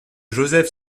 joseph